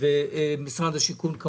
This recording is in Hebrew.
ומשרד השיכון.